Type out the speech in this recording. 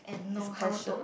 his passion